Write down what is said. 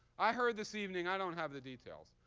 i heard this evening i don't have the details.